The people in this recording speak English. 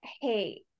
hey